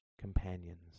companions